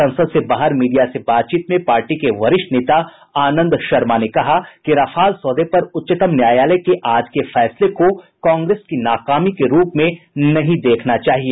संसद से बाहर मीडिया से बातचीत में पार्टी के वरिष्ठ नेता आनंद शर्मा ने कहा कि रफाल सौदे पर उच्चतम न्यायालय के आज के फैसले को कांग्रेस की नाकामी के रूप में नहीं देखना चाहिए